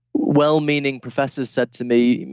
well-meaning professors said to me,